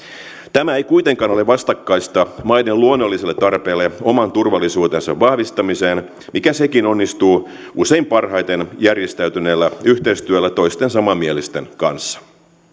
tämä ei kuitenkaan ole vastakkaista maiden luonnolliselle tarpeelle oman turvallisuutensa vahvistamiseen mikä sekin onnistuu usein parhaiten järjestäytyneellä yhteistyöllä toisten samanmielisten kanssa